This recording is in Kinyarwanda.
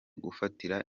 gufatira